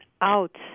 out